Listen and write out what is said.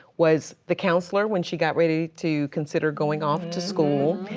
was the counselor when she got ready to consider going off to school.